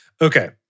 Okay